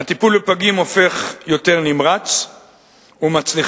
הטיפול בפגים הופך יותר נמרץ ומצליחים